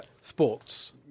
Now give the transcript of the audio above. Sports